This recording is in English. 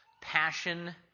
passion